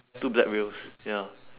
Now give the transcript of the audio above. two black wheels ya